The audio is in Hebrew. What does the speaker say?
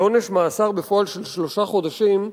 לעונש מאסר בפועל של שלושה חודשים,